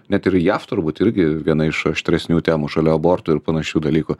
net ir jav turbūt irgi viena iš aštresnių temų šalia abortų ir panašių dalykų